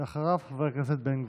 אחריו, חבר הכנסת בן גביר.